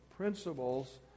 principles